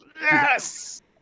Yes